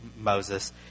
Moses